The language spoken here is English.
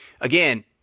Again